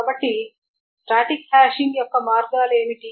కాబట్టి static hashing యొక్క మార్గాలు ఏమిటి